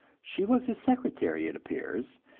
she was his secretary, it appears,